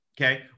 okay